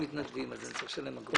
אז הוא צריך לשלם אגרות?